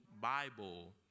Bible